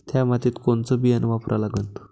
थ्या मातीत कोनचं बियानं वापरा लागन?